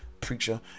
preacher